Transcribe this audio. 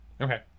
Okay